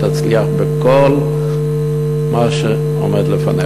תצליח בכל מה שעומד לפניך.